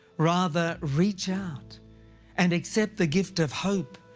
rather reach out and accept the gift of hope,